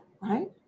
right